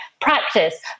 practice